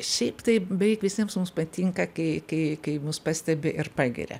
šiaip tai beveik visiems mums patinka kai kai kai mus pastebi ir pagiria